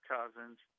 Cousins